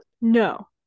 no